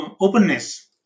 openness